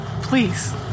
Please